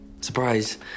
Surprise